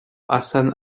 hassan